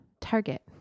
Target